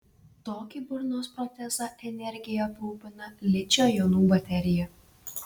tokį burnos protezą energija aprūpina ličio jonų baterija